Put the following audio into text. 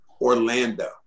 Orlando